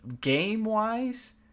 game-wise